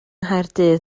nghaerdydd